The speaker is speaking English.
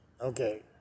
Okay